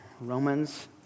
Romans